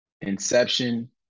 Inception